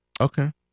Okay